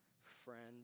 friend